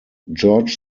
george